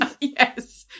Yes